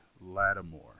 Lattimore